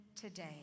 today